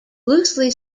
loosely